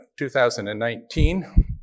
2019